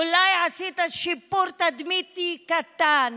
אולי עשית שיפור תדמיתי קטן,